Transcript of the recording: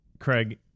Craig